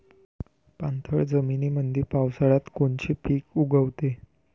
पाणथळ जमीनीमंदी पावसाळ्यात कोनचे पिक उगवते?